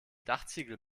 dachziegel